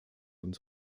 und